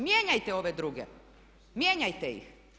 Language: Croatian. Mijenjajte ove druge, mijenjajte ih.